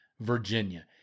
Virginia